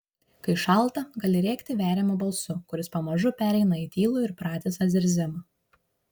kai šalta gali rėkti veriamu balsu kuris pamažu pereina į tylų ir pratisą zirzimą